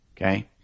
Okay